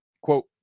quote